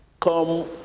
come